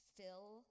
fill